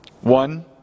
One